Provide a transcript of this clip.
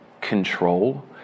control